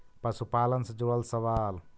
पशुपालन से जुड़ल सवाल?